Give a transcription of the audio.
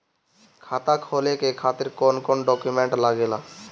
खाता खोले के खातिर कौन कौन डॉक्यूमेंट लागेला?